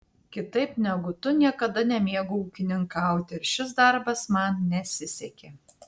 kitaip negu tu niekada nemėgau ūkininkauti ir šis darbas man nesisekė